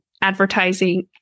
advertising